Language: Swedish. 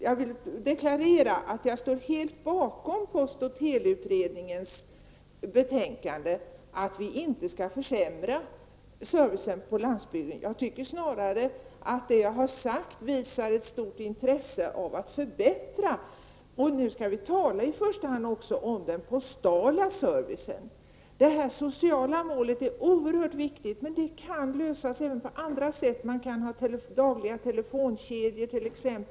Jag vill deklarera att jag står helt bakom post och teleutredningens betänkande, att vi inte skall försämra servicen på landsbygden. Det som jag har sagt visar snarare ett stort intresse av att förbättra i första hand den postala servicen. De sociala ambitionerna är oerhört viktiga, men de kan upprätthållas även på andra sätt, om de inte kan rymmas inom den postala delen.